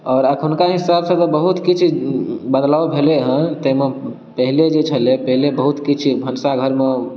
आओर एखुनका हिसाबसँ तऽ बहुत किछु बदलाव भेलै हँ ताहिमे पहिले जे छलै पहिले बहुत किछु भनसाघरमे